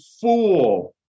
fool